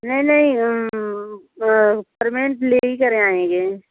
नहीं नहीं प्रमेन्ट ले ही कर आएंगे